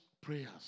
prayers